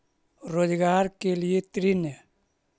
रोजगार के लिए ऋण?